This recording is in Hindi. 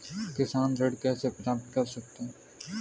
किसान ऋण कैसे प्राप्त कर सकते हैं?